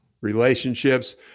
relationships